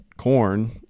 corn